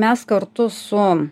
mes kartu su